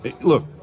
Look